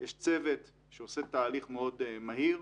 יש צוות שעושה תהליך מאוד מהיר,